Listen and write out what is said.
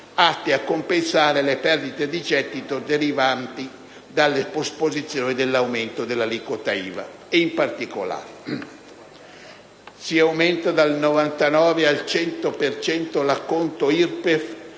atte a compensare le perdite di gettito derivanti dalle posposizioni dell'aumento dell'aliquota IVA. In particolare, si aumenta dal 99 al 100 per cento l'acconto IRPEF,